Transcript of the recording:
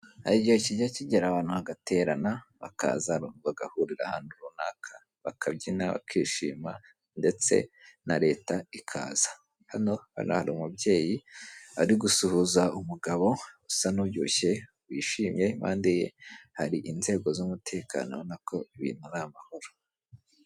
Hari igihe kijya kigera abantu bagaterana bakaza bagahurira ahantu runaka bakabyina bakishima ndetse na leta ikaza, hano hari umubyeyi ari gusuhuza umugabo usa n'ubyibushye wishimye impande ye hari inzego z'umutekano ubona ko ibintu ari amahoro.